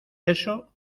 eso